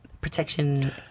protection